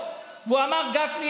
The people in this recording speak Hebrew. וגם כיתות לימוד בבתי